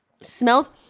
smells